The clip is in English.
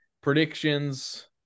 predictions